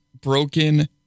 Broken